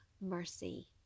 mercy